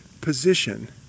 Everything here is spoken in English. position